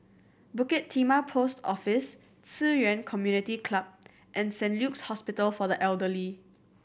Bukit Timah Post Office Ci Yuan Community Club and Saint Luke's Hospital for the Elderly